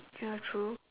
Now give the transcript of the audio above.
ya true